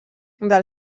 del